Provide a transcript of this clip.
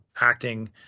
acting